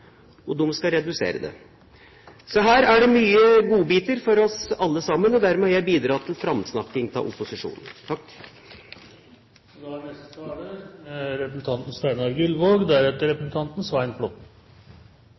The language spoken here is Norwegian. øke dem både skal redusere kontroll og byråkrati, og de skal redusere det Her er det mange godbiter for oss alle sammen, og dermed har jeg bidratt til framsnakking av opposisjonen. Flere av dagens talere har vært opptatt av Kristelig Folkepartis identitetskrise, og det er